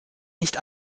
nicht